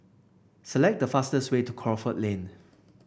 select the fastest way to Crawford Lane